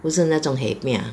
不是那种 hei piar ah